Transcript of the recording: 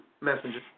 messenger